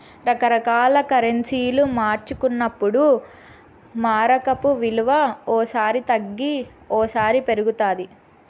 రకరకాల కరెన్సీలు మార్చుకున్నప్పుడు మారకపు విలువ ఓ సారి తగ్గి ఓసారి పెరుగుతాది